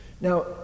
Now